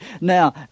Now